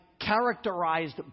characterized